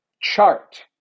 chart